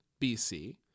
BC